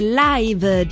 live